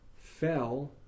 fell